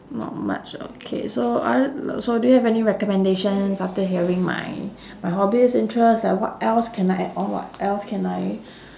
not much okay so oth~ so do you have any recommendations after hearing my my hobbies interest like what else can I add on what else can I